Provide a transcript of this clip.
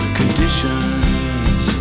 conditions